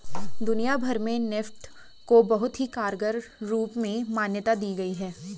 दुनिया भर में नेफ्ट को बहुत ही कारगर रूप में मान्यता दी गयी है